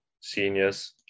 seniors